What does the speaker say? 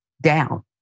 down